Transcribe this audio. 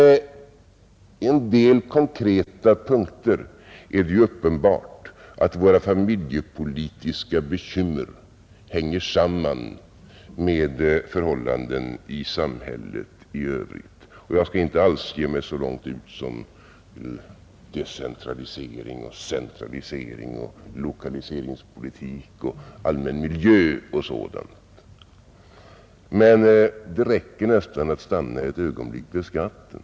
På en del konkreta punkter är det emellertid uppenbart att våra familjepolitiska bekymmer hänger samman med förhållanden i samhället i övrigt. Jag skall inte alls ge mig så långt ut som till decentralisering och centralisering, lokaliseringspolitik och allmän miljö och sådant. Det räcker med att stanna ett ögonblick vid skatten.